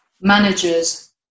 managers